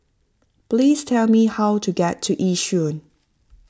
please tell me how to get to Yishun